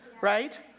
Right